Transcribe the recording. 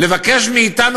לבקש מאתנו,